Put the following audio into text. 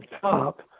top